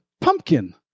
pumpkin